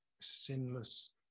sinless